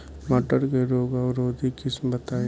मटर के रोग अवरोधी किस्म बताई?